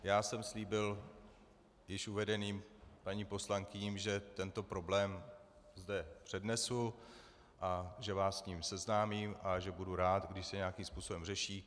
Já jsem slíbil již uvedeným paním poslankyním, že tento problém zde přednesu a že vás s ním seznámím a že budu rád, když se nějakým způsobem řeší.